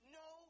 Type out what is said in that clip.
no